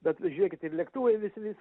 bet žiūrėkit ir lėktuvai vis vis